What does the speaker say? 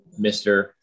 Mr